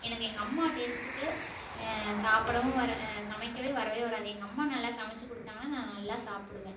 எனக்கு எங்கள் அம்மா டேஸ்ட்டுக்கு சாப்பிடவும் வர சமைக்கவே வரவே வராது எங்கள் அம்மா நல்லா சமைத்து கொடுத்தாங்கன்னா நான் நல்லா சாப்பிடுவேன்